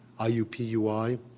IUPUI